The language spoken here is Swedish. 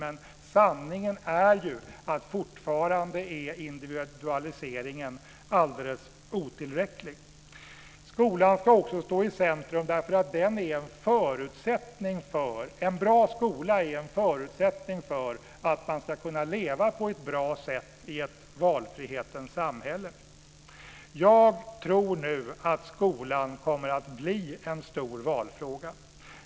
Men sanningen är att individualiseringen fortfarande är alldeles otillräcklig. Skolan ska också stå i centrum därför att en bra skola är en förutsättning för att man ska kunna leva på ett bra sätt i ett valfrihetens samhälle. Jag tror att skolan nu kommer att bli en stor valfråga.